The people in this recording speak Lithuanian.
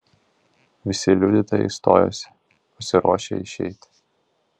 visi liudytojai stojosi pasiruošę išeiti